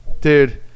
dude